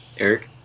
Eric